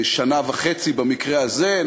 בשנה וחצי, במקרה הזה.